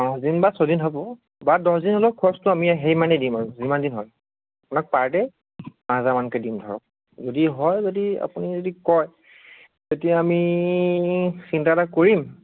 পাঁচদিন বা ছয়দিন হ'ব বা দহদিন হ'লেও খৰচটো আমি সিমানে দিম আৰু যিমান দিন হয় আপোনাক পাৰ ডে' পাঁচ হাজাৰ মানেকৈ দিম ধৰক যদি হয় যদি আপুনি যদি কয় তেতিয়া আমি চিন্তা এটা কৰিম